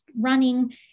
running